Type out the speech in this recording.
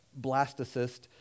blastocyst